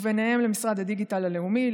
וביניהם למשרד הדיגיטל הלאומי,